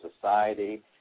society